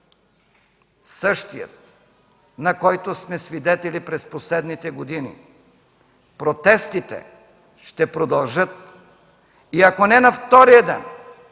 същият, на който сме свидетели през последните години – протестите ще продължат. И ако не на втория ден,